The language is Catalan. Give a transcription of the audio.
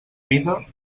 vida